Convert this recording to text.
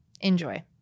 Enjoy